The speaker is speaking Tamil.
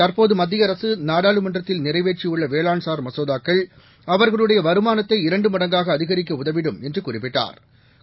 தற்போது மத்திய அரசு நாடாளுமன்றத்தில் நிறைவேற்றியுள்ள வேளாண்சார் மசோதாக்கள் அவர்களுடைய வருமானத்தை இரண்டு மடங்காக அதிகரிக்க உதவிடும் என்று குறிப்பிட்டாா்